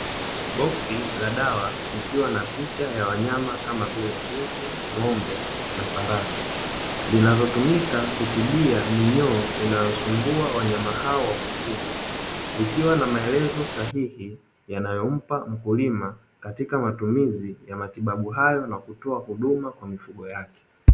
Boksi la dawa likiwa na picha ya wanyama kama vile mbuzi, ng'ombe na farasi, linalotumika kutibia minyoo inayosumbua wanyama hao wakufugwa. Likiwa na maelezo sahihi yanayompa mkulima katika matumizi ya matibabu hayo na kutoa huduma kwa mifugo yake.